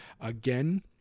Again